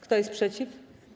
Kto jest przeciw?